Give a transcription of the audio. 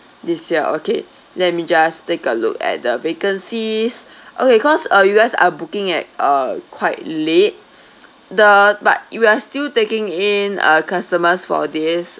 this year okay let me just take a look at the vacancies okay cause uh you guys are booking at uh quite late the but we are still taking in uh customers for this